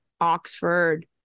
Oxford